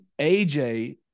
AJ